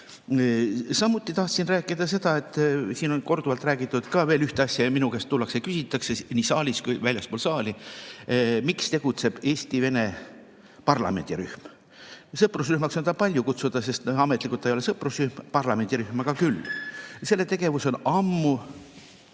Samuti tahtsin rääkida sellest, et siin on korduvalt räägitud veel ühte asja. Minu käest on küsitud nii siin saalis kui ka väljaspool saali, miks tegutseb Eesti-Vene parlamendirühm. Sõprusrühmaks on seda palju kutsuda, sest ametlikult ta ei ole sõprusrühm. Parlamendirühm on aga küll. Selle tegevus on ammu